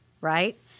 Right